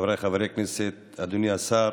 חבריי חברי הכנסת, אדוני השר,